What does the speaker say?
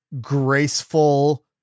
graceful